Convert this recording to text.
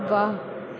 ਵਾਹ